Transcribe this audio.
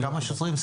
וכמה שוטרים?